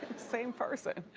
same person.